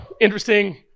interesting